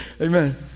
Amen